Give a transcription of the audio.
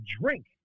drink